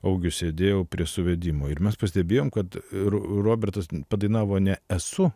augiu sėdėjau prie suvedimo ir mes pastebėjom kad robertas padainavo ne esu